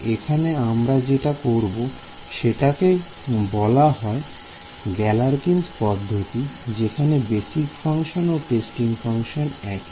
এখানে আমরা যেটা করবো সেটাকে বলা হয় গ্যালারকিংস পদ্ধতিGallerkin's method যেখানে বেসিক ফাংশন ও টেস্টিং ফাংশন একি